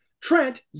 Trent